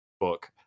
book